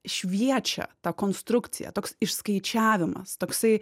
šviečia ta konstrukcija toks išskaičiavimas toksai